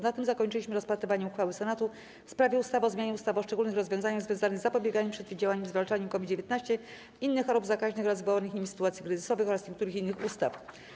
Na tym zakończyliśmy rozpatrywanie uchwały Senatu w sprawie ustawy o zmianie ustawy o szczególnych rozwiązaniach związanych z zapobieganiem, przeciwdziałaniem i zwalczaniem COVID-19, innych chorób zakaźnych oraz wywołanych nimi sytuacji kryzysowych oraz niektórych innych ustaw.